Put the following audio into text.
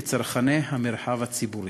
כצרכני המרחב הציבורי.